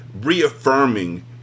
reaffirming